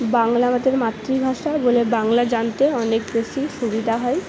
বাংলা আমাদের মাতৃভাষা বলে বাংলা জানতে অনেক বেশি সুবিধা হয়